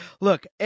Look